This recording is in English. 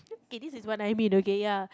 okay this is what I mean okay ya